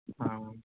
ᱦᱮᱸ